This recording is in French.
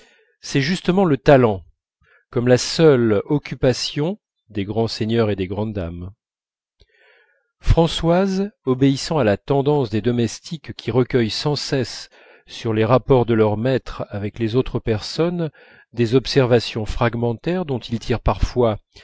c'est justement le talent comme la seule occupation des grands seigneurs et des grandes dames françoise obéissant à la tendance des domestiques qui recueillent sans cesse sur les rapports de leurs maîtres avec les autres personnes des observations fragmentaires dont ils tirent parfois